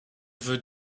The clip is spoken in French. veux